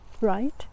Right